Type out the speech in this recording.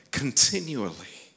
continually